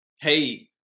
Hey